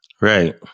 Right